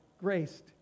graced